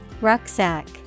Rucksack